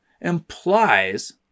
implies